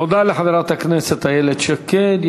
תודה לחברת הכנסת איילת שקד.